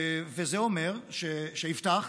וזה אומר שיפתח,